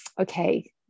okay